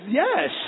yes